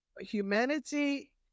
humanity